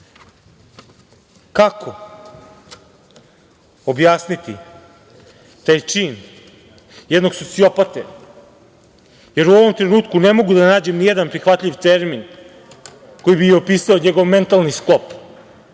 Kako objasniti taj čin jednog sociopate, jer u ovom trenutku ne mogu da nađem ni jedan prihvatljiv termin koji bi opisao njegov mentalni sklop.